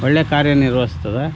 ಒಳ್ಳೆಯ ಕಾರ್ಯ ನಿರ್ವಹಿಸ್ತದೆ